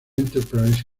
enterprise